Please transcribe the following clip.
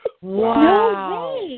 Wow